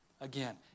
Again